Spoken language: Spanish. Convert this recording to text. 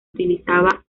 utilizaba